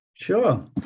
Sure